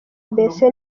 mbese